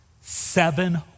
seven